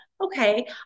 Okay